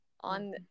on